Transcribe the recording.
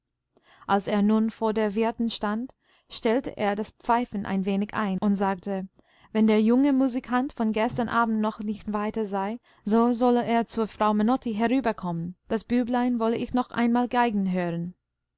als er nun vor der wirtin stand stellte er das pfeifen ein wenig ein und sagte wenn der junge musikant von gestern abend noch nicht weiter sei so solle er zur frau menotti herüberkommen das büblein wolle ihn noch einmal geigen hören